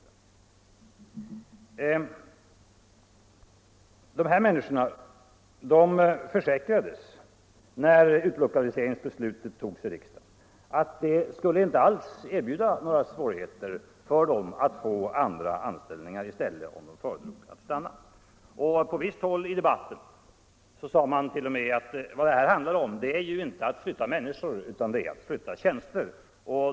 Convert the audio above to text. De här människorna försäkrades, när utlokaliseringsbeslutet togs i riksdagen, att det inte alls skulle erbjuda några större svårigheter för dem att få andra anställningar om de föredrog att stanna. Från visst håll i debatten sade man t.o.m. att vad det här handlade om var ju inte att flytta människor utan att flytta tjänster.